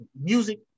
music